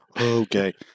Okay